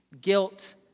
guilt